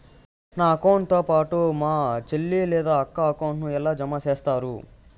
నా అకౌంట్ తో పాటు మా చెల్లి లేదా అక్క అకౌంట్ ను ఎలా జామ సేస్తారు?